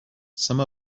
some